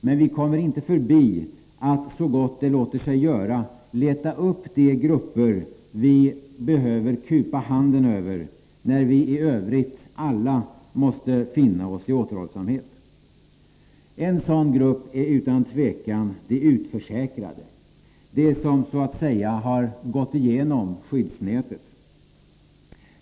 Men vi kommer inte förbi att så gott det låter sig göra leta upp de grupper vi måste kupa handen över, när vi alla i övrigt måste finna oss i återhållsamhet. En sådan grupp är utan tvivel de utförsäkrade — de som så att säga har gått igenom skyddsnätet.